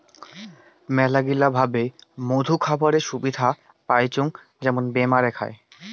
মেলাগিলা ভাবে মধু খাবারের সুবিধা পাইচুঙ যেমন বেমারে খায়